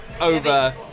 over